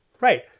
right